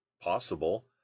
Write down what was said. possible